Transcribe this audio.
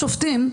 השופטים,